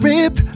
Rip